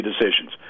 decisions